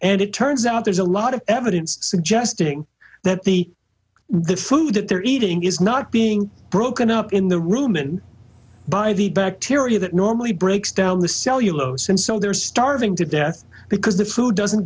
and it turns out there's a lot of evidence suggesting that the food that they're eating is not being broken up in the room and by the bacteria that normally breaks down the cellulose and so they're starving to death because the food doesn't